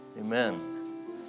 Amen